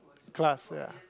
class lah